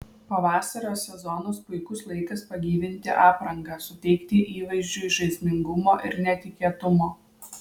pavasario sezonas puikus laikas pagyvinti aprangą suteikti įvaizdžiui žaismingumo ir netikėtumo